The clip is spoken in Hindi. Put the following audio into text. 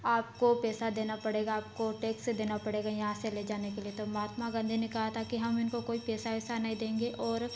आपको पैसा देना पड़ेगा आपको टैक्स देना पड़ेगा यहाँ से ले जाने के लिए तो महात्मा गाँधी ने कहा था कि हम इनको कोई पैसा वैसा नहीं देंगे और